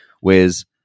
Whereas